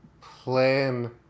plan